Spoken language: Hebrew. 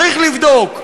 צריך לבדוק.